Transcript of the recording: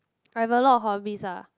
I have a lot of hobbies ah